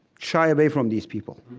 shy away from these people.